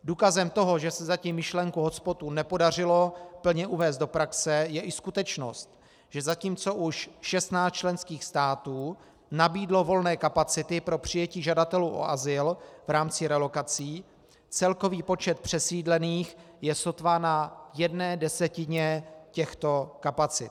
Důkazem toho, že se zatím myšlenku hotspotů nepodařilo plně uvést do praxe, je i skutečnost, že zatímco už 16 členských států nabídlo volné kapacity pro přijetí žadatelů o azyl v rámci relokací, celkový počet přesídlených je sotva na jedné desetině těchto kapacit.